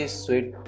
sweet